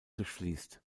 durchfließt